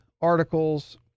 articles